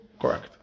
Correct